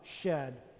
shed